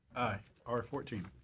aye. r fourteen.